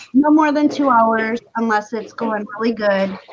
more than two hours unless it's going pretty good.